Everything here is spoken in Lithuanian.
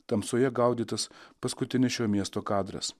tamsoje gaudytas paskutinis šio miesto kadras